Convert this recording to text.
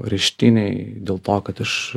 areštinėj dėl to kad aš